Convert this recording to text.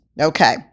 Okay